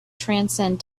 transcend